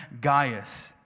Gaius